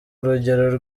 urugero